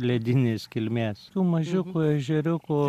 ledinės kilmės mažiukų ežeriukų